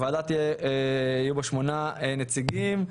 בוועדה יהיו שמונה נציגים,